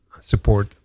support